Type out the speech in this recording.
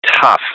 tough